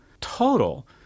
total